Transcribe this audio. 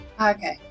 Okay